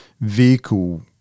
vehicle